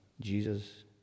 Jesus